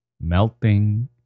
melting